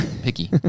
picky